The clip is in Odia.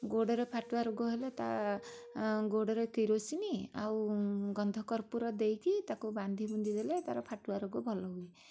ଗୋଡ଼ରେ ଫାଟୁଆ ରୋଗ ହେଲେ ତା' ଗୋଡ଼ରେ କିରୋସିନ ଆଉ ଗନ୍ଧକର୍ପୂର ଦେଇକି ତାକୁ ବାନ୍ଧି ବୁନ୍ଧି ଦେଲେ ତା'ର ଫାଟୁଆ ରୋଗ ଭଲ ହୁଏ